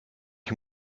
ich